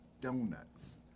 donuts